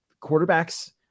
quarterbacks